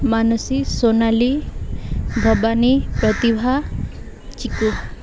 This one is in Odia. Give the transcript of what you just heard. ମାନସୀ ସୋନାଲି ଭବାନୀ ପ୍ରତିଭା ଚିକୁ